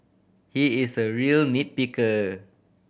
he is a real nit picker